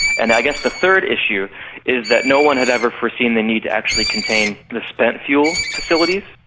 and i guess the third issue is that no-one had ever foreseen the need to actually contain the spent fuel facilities.